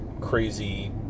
crazy